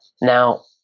Now